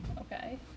Okay